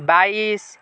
बाइस